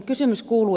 kysymys kuuluu